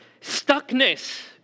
Stuckness